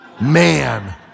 Man